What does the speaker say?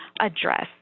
address